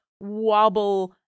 wobble